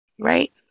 Right